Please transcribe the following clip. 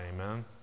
amen